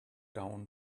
down